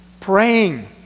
Praying